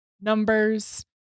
numbers